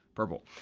purple.